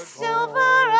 silver